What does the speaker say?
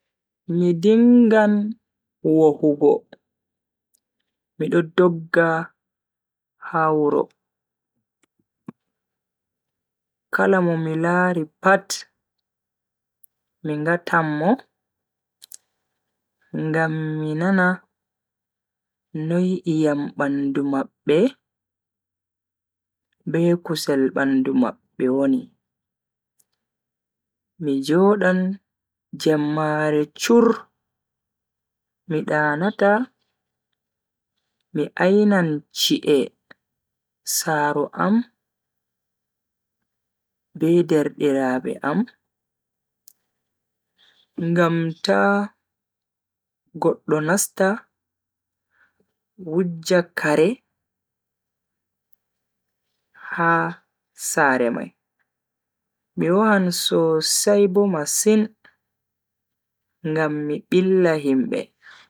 Mi dingan wohugo mido dogga ha wuro. Kala mo mi lari pat mi ngatan Mo ngam mi naana noi iyam bandu mabbe be kusel bandu mabbe woni. mi jodan jemmare chur mi danata mi ainan chi'e saaro am be derdiraabe am ngam ta goddo nasta wujja karee ha sare mai. mi wohan sosai Bo masin ngam mi bila himbe.